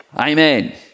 Amen